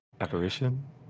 Apparition